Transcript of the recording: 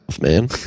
man